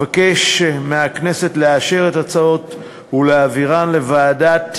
אבקש מהכנסת לאשר את ההצעות ולהעבירן לוועדת